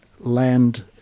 land